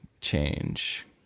change